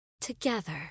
together